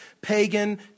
pagan